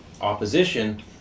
opposition